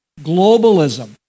globalism